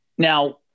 Now